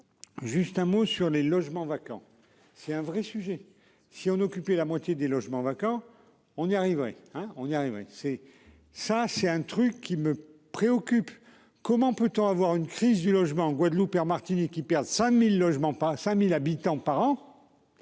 Juste un mot sur les logements vacants. C'est un vrai sujet. Si en occuper la moitié des logements vacants. On y arriverait hein on y arrive oui c'est ça c'est un truc qui me préoccupe. Comment peut-on avoir une crise du logement en Guadeloupe Air Martinique qui perdent 5000 logements pas 5000